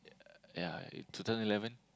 ya two thousand eleven